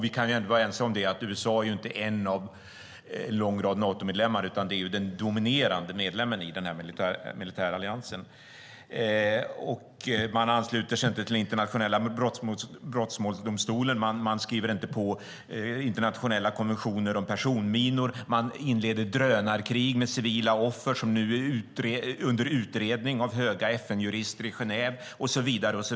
Vi kan vara ense om att USA inte är en av en lång rad Natomedlemmar utan den dominerande medlemmen i militäralliansen. Man ansluter sig inte till Internationella brottmålsdomstolen, man skriver inte på internationella konventioner om personminor, man inleder drönarkrig med civila offer som nu är under utredning av höga FN-jurister i Genève, och så vidare.